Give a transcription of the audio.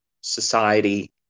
society